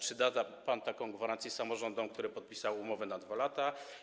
Czy da pan taką gwarancję samorządom, które podpisały umowę na 2 lata?